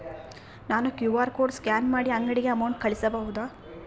ನಾನು QR code scan ಮಾಡಿ ಅಂಗಡಿಗೆ ಅಮೌಂಟ್ ಕಳಿಸಬಹುದಾ?